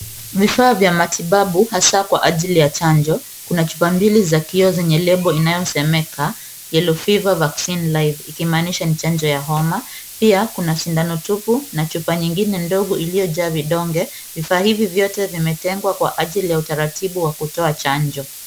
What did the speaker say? Vifaa vya matibabu, hasa kwa ajili ya chanjo. Kuna chupa mbili za kioo zenye lebo inayosomeka yellow fever vaccine live ikimaanisha, ni chanjo ya homa. Pia kuna sindano tupu na chupa ingine ndogo iliojaa vidonge. Vifaa hivi vyote vimejengwa kwa ajili ya utaratibu wa kutoa chanjo.